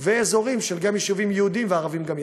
ואזורים של יישובים יהודיים וערביים גם יחד.